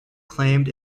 claimed